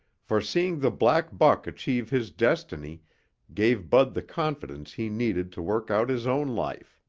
for seeing the black buck achieve his destiny gave bud the confidence he needed to work out his own life.